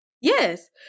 Yes